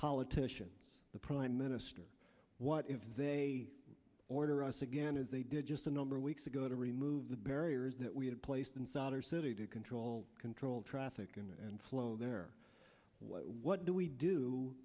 politician the prime minister what if they order us again as they did just a number of weeks ago to remove the barriers that we had placed in soccer city to control controlled traffic and flow there what do we do